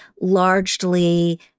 largely